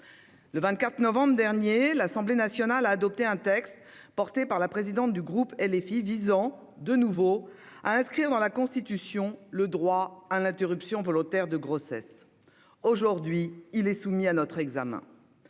Le 24 novembre dernier, l'Assemblée nationale a adopté un texte porté par la présidente du groupe La France insoumise (LFI) visant, de nouveau, à inscrire dans la Constitution le droit à l'interruption volontaire de grossesse. Aujourd'hui, il est soumis à notre examen.